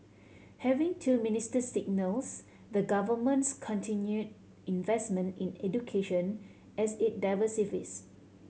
having two ministers signals the Government's continued investment in education as it diversifies